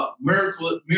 miracle